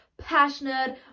Passionate